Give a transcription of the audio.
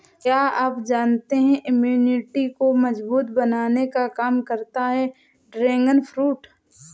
क्या आप जानते है इम्यूनिटी को मजबूत बनाने का काम करता है ड्रैगन फ्रूट?